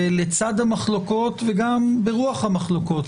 ולצד המחלוקות וגם ברוח המחלוקות,